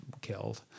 killed